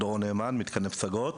דורון נאמן, מתקני פסגות.